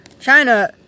China